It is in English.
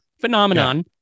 phenomenon